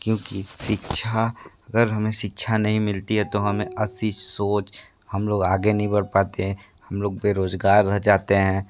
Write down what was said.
क्योंकि शिक्षा अगर हमें शिक्षा नहीं मिलती है तो हमें अच्छी सोच हम लोग आगे नहीं बढ़ पाते हैं हम लोग बेरोजगार रह जाते हैं